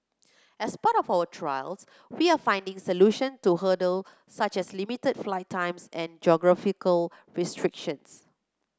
as part of our trials we are finding solution to hurdle such as limited flight times and geographical restrictions